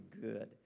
good